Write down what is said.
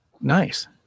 nice